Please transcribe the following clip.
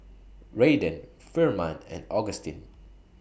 Raiden Firman and Augustine